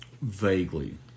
Vaguely